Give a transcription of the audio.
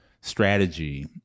strategy